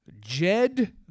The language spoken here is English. Jed